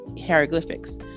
hieroglyphics